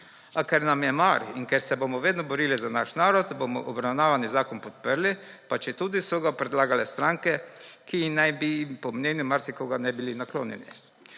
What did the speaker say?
A ker nam je mar in ker se bomo vedno borili za naš narod, bomo obravnavani zakon podprli, pa četudi so ga predlagale stranke, ki naj bi jim po mnenju marsikoga ne bili naklonjeni.